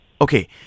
Okay